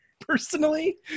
personally